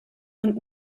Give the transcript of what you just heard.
und